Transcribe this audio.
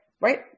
right